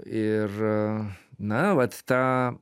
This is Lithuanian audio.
ir na vat ta